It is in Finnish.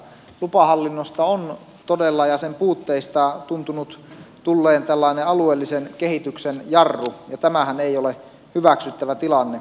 lupahallinnosta ja sen puutteista on todella tuntunut tulleen tällainen alueellisen kehityksen jarru ja tämähän ei ole hyväksyttävä tilanne